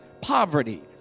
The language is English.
poverty